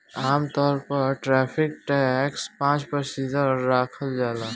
आमतौर पर tariff tax पाँच प्रतिशत राखल जाला